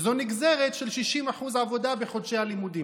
שזו נגזרת של 60% עבודה בחודשי הלימודים.